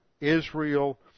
Israel